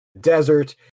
desert